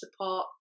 support